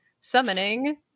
summoning